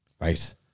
right